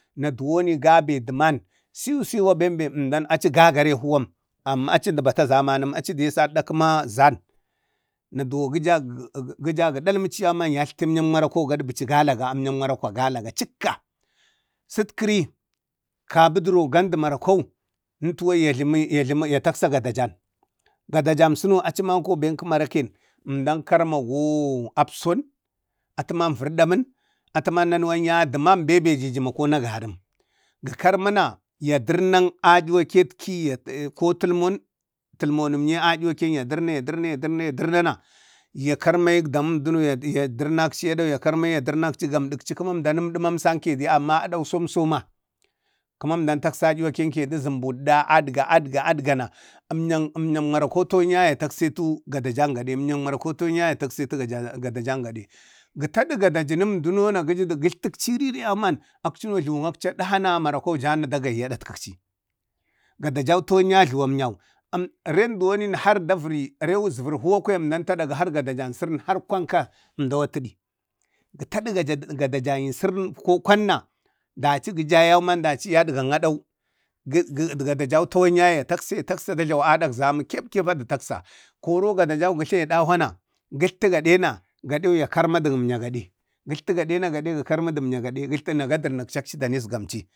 Na dəwoni gabe dəman sinsiwa, bembe emdan aci gagaruwam amman aci bata zamanəm, aci də sada kəma zan, na dau gəja gə dəlməchina yatltari i əmnyan marakwau, gaɗbaci galaga amnyaŋ marakwau, galaga cəkka. Sətkəri kabə duwon gandu marakwau, nə tawayu ya jlami ya jlami-ya taksak gadajan. gadajam suno aci manko ben kəma raken. zmdan karmago apson, ətəman vərɗamən aduwakotki ko tilmon; tilmonimyee aduwakkitki ya durna ya durna ataman nanuwan yaye dəman sai dəman be jiji makon na gəram. Ga karmina ya dərnak a'yuwaketki to tulmon, tulmonək ye a'yuwake ya dəma yadarna na ya karma yik da məmduno ya karma ya dərnakci, gamɗakci kəma ənda mamdə mamsanke, amma adau somsomma, kəma əmdan əmde taksann ayuwaken zumbuɗɗan aɗga, aɗga acagana əmnyan emyan marakwau tawan yaye ya taksaketu gadajan gade emyan marakwan. Gə taɗu gadajənən dəno na, na gatltəkchi irire yauman akchi a jluwun akchi a ɗəhana marakwau jana da gayi ya ɗat kəkchi. Gadajau tawan yau ajluwu amnyau. Rew duwonni har da vəri əzvər kwaya har əmdau ətlaga gadajan sərən harkwanka əmdau tədi. Gə taɗi gadajayi sərən ko kwanma dachi gəja yauma gəja iəɗga aɗau gadajan tawan yaye ya taksani, ya taksa da jlawi aɗak zamau. Ya ɗahwana, gatlta gaɗena, gaɗe ya karmadu əmnyara, gatlta gaɗena ga karməɗə əmnyi gaɗe na gadurnakci dani harakchi da əzgamchi.